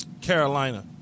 Carolina